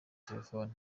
telefoni